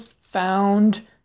found